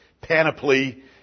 Panoply